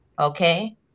okay